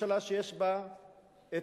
ממשלה שיש בה תנועות